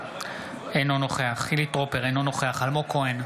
אינו נוכח חילי טרופר, אינו נוכח אלמוג כהן,